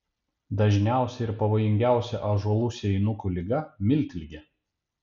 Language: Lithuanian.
dažniausia ir pavojingiausia ąžuolų sėjinukų liga miltligė